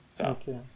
Okay